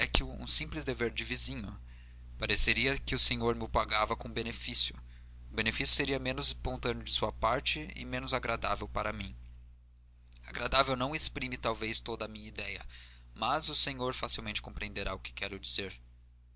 um simples dever de vizinho pareceria que o senhor mo pagava com um benefício o benefício seria menos espontâneo de sua parte e menos agradável para mim agradável não exprime talvez toda a minha idéia mas o senhor facilmente compreenderá o que quero dizer